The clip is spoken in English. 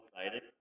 excited